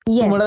Yes